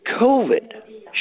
COVID